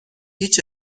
هیچ